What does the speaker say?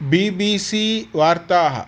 B B C वार्ताः